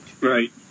Right